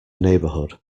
neighbourhood